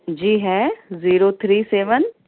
جی ہیں zero three seven